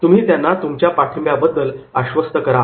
तुम्ही त्यांना तुमच्या पाठिंब्याबद्दल आश्वस्त करा